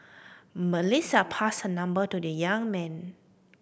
Melissa passed her number to the young man